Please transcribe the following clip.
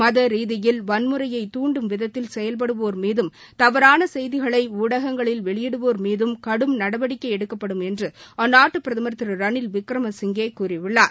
மத ரீதியில் வன்முறையை தூண்டும் விதத்தில் செயல்படுவோர் மீதம் தவறான செய்திகளை ஊடகங்களில் வெளியிடுவோர் மீதம் கடும் நடவடிக்கை எடுக்கப்படும் என்று அந்நாட்டு பிரதமர் திரு ரனில் விக்கிரமசிங்கே கூறியுள்ளார்